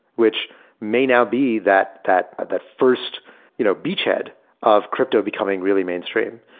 which may now be that that that first you know beachhead of crypto becoming really mainstream.